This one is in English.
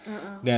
a'ah